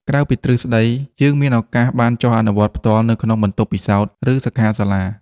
ក្រៅពីទ្រឹស្តី យើងមានឱកាសបានចុះអនុវត្តផ្ទាល់នៅក្នុងបន្ទប់ពិសោធន៍ ឬសិក្ខាសាលា។